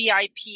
VIP